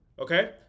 Okay